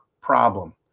problem